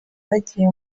bagiye